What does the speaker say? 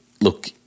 look